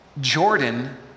Jordan